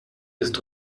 ist